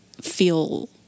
feel